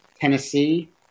Tennessee